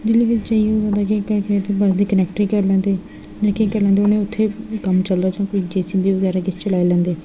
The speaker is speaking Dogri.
दिल्ली बिच जाइयै ओह् बंदा केह् करदा की किश बंदे कनेक्टरी करी लैंदे उ'नें उ'त्थें कम्म चलदा जि'यां जे सी बी बगैरा चलाई लैंदे